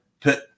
put